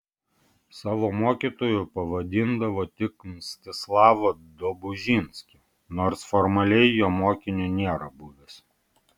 savo mokytoju pavadindavo tik mstislavą dobužinskį nors formaliai jo mokiniu nėra buvęs